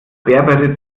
berberitze